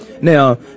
Now